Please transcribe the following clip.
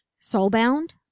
soulbound